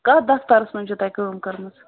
کَتھ دَفترَس منٛز چھِو تۄہہِ کٲم کٔرمٕژ